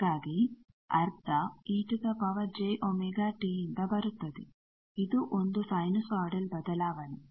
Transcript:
ಹಾಗಾಗಿ ಅರ್ಧ e jωt ಇಂದ ಬರುತ್ತದೆ ಇದು ಒಂದು ಸೈನುಸೋಯಿಡಲ್ ಬದಲಾವಣೆ